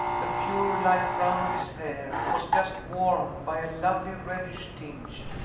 the pure light brown of his hair was just warmed by a lovely reddish tinge.